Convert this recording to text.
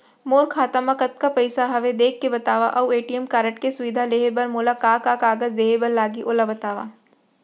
मोर खाता मा कतका पइसा हवये देख के बतावव अऊ ए.टी.एम कारड के सुविधा लेहे बर मोला का का कागज देहे बर लागही ओला बतावव?